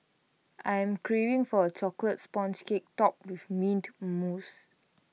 I am craving for A Chocolate Sponge Cake Topped with Mint Mousse